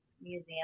Museum